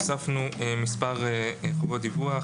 הוספנו מספר חובות דיווח.